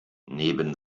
neben